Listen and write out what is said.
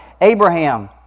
Abraham